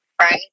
Right